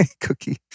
Cookie